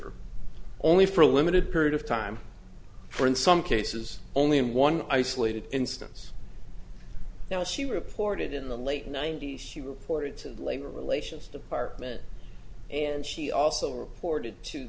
her only for a limited period of time for in some cases only in one isolated instance now she reported in the late ninety's he reported to the labor relations department and she also report